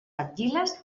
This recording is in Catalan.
argiles